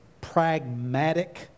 pragmatic